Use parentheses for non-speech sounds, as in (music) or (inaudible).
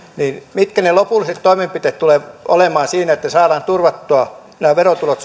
mitkä ne lopulliset toimenpiteet tulevat olemaan siinä että saadaan turvattua nämä verotulot (unintelligible)